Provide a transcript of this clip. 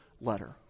letter